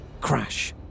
Crash